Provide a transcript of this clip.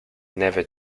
never